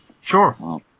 Sure